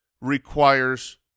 requires